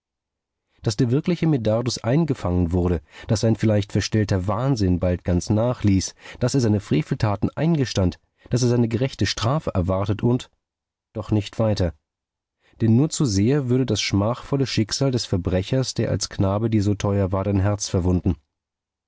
daß der wirkliche medardus eingefangen wurde daß sein vielleicht verstellter wahnsinn bald ganz nachließ daß er seine freveltaten eingestand daß er seine gerechte strafe erwartet und doch nicht weiter denn nur zu sehr würde das schmachvolle schicksal des verbrechers der als knabe dir so teuer war dein herz verwunden